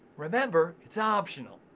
remember, it's optional.